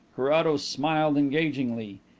carrados smiled engagingly.